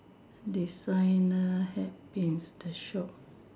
designer hat Pins the shop